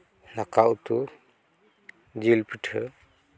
ᱫᱟᱠᱟ ᱩᱛᱩ ᱡᱤᱞ ᱯᱤᱴᱷᱟᱹ